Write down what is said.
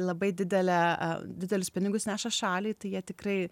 labai didelę didelius pinigus neša šaliai tai jie tikrai